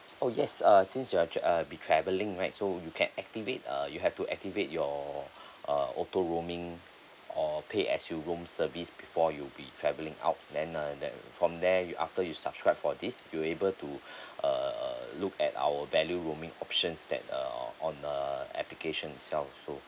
oh yes err since you are uh be travelling right so you can activate err you have to activate your uh auto roaming or pay as you roam service before you'll be travelling out then uh that from there you after you subscribe for these you able to err look at our value roaming options that err on err application itself so